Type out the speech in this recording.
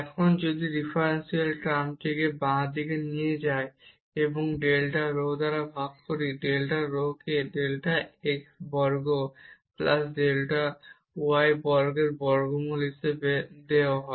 এবং যদি আমরা এই ডিফারেনশিয়াল টার্মটি বাম দিকে নিয়ে যাই এবং এই ডেল্টা রো দ্বারা ভাগ করি ডেল্টা রো কে ডেল্টা x বর্গ প্লাস ডেল্টা y বর্গের বর্গমূল হিসাবে দেওয়া হয়